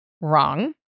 wrong